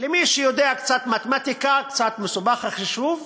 למי שיודע קצת מתמטיקה, קצת מסובך החישוב,